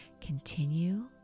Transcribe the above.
Continue